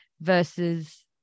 versus